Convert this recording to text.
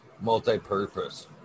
Multi-purpose